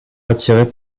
attirés